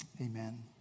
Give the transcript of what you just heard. amen